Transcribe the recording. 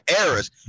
errors